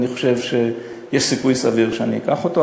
אני חושב שיש סיכוי סביר שאני אקח אותו,